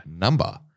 number